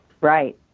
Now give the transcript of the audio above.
Right